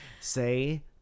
say